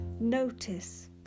Notice